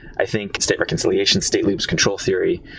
i think state reconciliation, state loops, control theory.